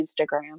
Instagram